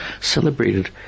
celebrated